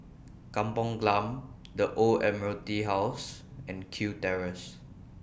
Kampong Glam The Old Admiralty House and Kew Terrace